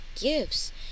gifts